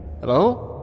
Hello